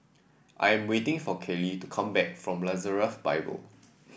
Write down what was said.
I am waiting for Kaley to come back from Nazareth Bible